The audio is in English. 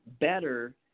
better